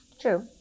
True